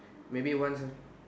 maybe once ah